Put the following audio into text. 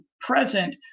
present